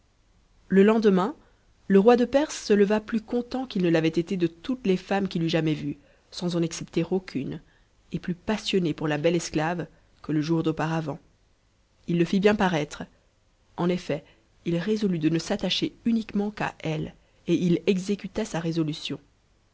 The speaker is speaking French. le lendemain le roi de perse se leva plus content qu'il ne i'avatt ctc e toutes les femmes qu'il eût jamais vues sans en excepter aucune et plus passionné pour la belle esclave que le jour d'auparavant il le atuieui raitre en enet il résotutde ne s'attacher uniquement qu'a eue et il exécuta sa résolution